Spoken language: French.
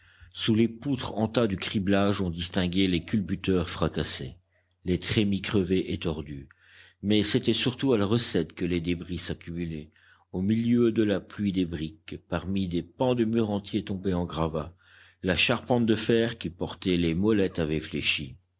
sous les poutres en tas du criblage on distinguait les culbuteurs fracassés les trémies crevées et tordues mais c'était surtout à la recette que les débris s'accumulaient au milieu de la pluie des briques parmi des pans de murs entiers tombés en gravats la charpente de fer qui portait les molettes avait fléchi